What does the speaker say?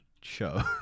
show